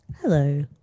Hello